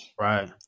Right